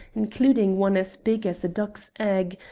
including one as big as a duck's egg,